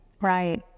right